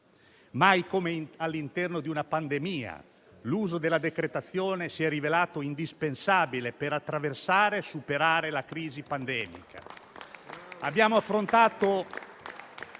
mai come all'interno di una pandemia l'uso della decretazione si è rivelato indispensabile per attraversare e superare la crisi pandemica.